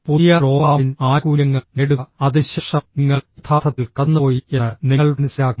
പുതിയ ഡോപാമൈൻ ആനുകൂല്യങ്ങൾ നേടുക അതിനുശേഷം നിങ്ങൾ യഥാർത്ഥത്തിൽ കടന്നുപോയി എന്ന് നിങ്ങൾ മനസ്സിലാക്കും